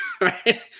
Right